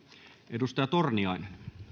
arvoisa herra